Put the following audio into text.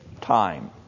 time